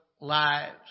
lives